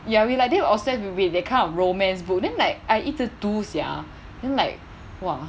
ya we like damn obsessed with it that kind of romance book then like I 一直读 sia then like !wah!